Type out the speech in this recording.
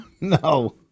No